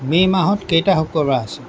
মে' মাহত কেইটা শুক্ৰবাৰ আছে